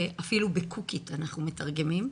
אפילו בקוקית אנחנו מתרגמים.